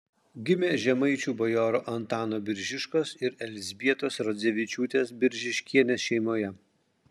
gimė žemaičių bajorų antano biržiškos ir elzbietos rodzevičiūtės biržiškienės šeimoje